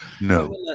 No